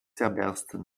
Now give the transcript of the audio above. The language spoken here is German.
zerbersten